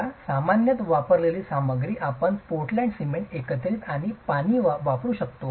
आता सामान्यतः वापरलेली सामग्री आपण पोर्टलँड सिमेंट एकत्रित आणि पाणी वापरू शकता